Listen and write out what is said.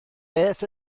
beth